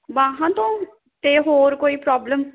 ਬਾਹਾਂ ਤੋਂ ਅਤੇ ਹੋਰ ਕੋਈ ਪ੍ਰੋਬਲਮ